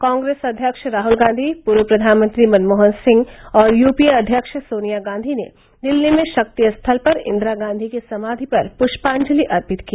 कांग्रेस अध्यक्ष राहल गांधी पूर्व प्रधानमंत्री मनमोहन सिंह और यूपीए अध्यक्ष सोनिया गांधी ने दिल्ली में शक्ति स्थल पर इंदिरा गांधी की समाधि पर पुष्पांजलि अर्पित की